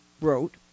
wrote